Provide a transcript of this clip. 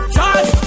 Charge